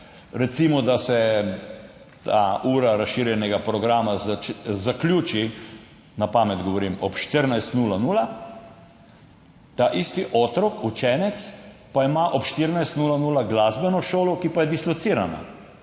Recimo, da se ta ura razširjenega programa zaključi, na pamet govorim, ob 14.00, ta isti otrok, učenec pa ima ob 14.00 glasbeno šolo, ki je dislocirana.